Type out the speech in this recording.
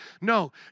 No